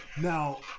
Now